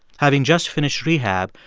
having just finished rehab,